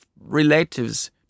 relatives